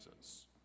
Jesus